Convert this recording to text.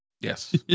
Yes